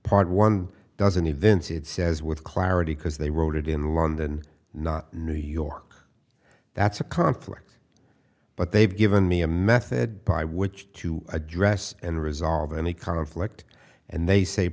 part one doesn't even see it says with clarity because they wrote it in london not new york that's a conflict but they've given me a method by which to address and resolve any conflict and they say